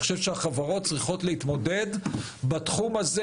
אני חושב שהחברות יכולות להתמודד בתחום הזה